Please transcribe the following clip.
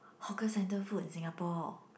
hawker centre food in Singapore